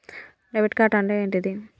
Debit card అంటే ఏంటిది?